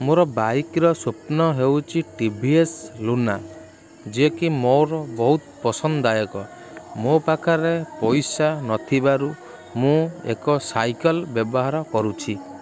ମୋର ବାଇକ୍ର ସ୍ଵପ୍ନ ହେଉଛି ଟି ଭି ଏସ୍ ଲୁନା ଯିଏକି ମୋର ବହୁତ ପସନ୍ଦଦାୟକ ମୋ ପାଖରେ ପଇସା ନଥିବାରୁ ମୁଁ ଏକ ସାଇକେଲ୍ ବ୍ୟବହାର କରୁଛି